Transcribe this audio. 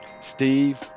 Steve